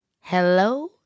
hello